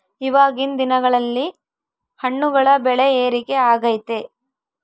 ಇವಾಗಿನ್ ದಿನಗಳಲ್ಲಿ ಹಣ್ಣುಗಳ ಬೆಳೆ ಏರಿಕೆ ಆಗೈತೆ